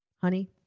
Honey